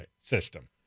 system